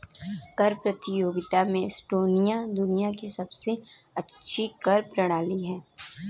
कर प्रतियोगिता में एस्टोनिया दुनिया की सबसे अच्छी कर प्रणाली है